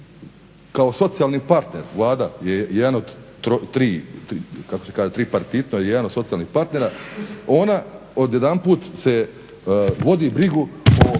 kao socijalni partner Vlada je jedan od tripartitno jedan od socijalnih partnera ona odjedanput vodi brigu o